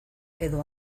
edo